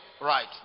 Right